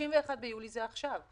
31 ביולי זה עכשיו.